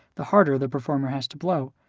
the harder the performer has to blow.